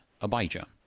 Abijah